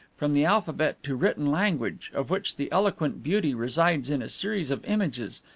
from the alphabet to written language, of which the eloquent beauty resides in a series of images,